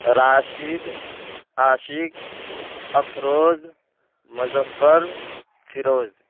Rashid Ashiq Afroz Muzaffar Feroz